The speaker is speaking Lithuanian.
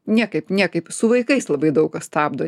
niekaip niekaip su vaikais labai daug kas stabdo